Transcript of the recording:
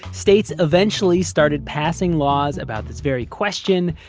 state's eventually started passing laws about this very question.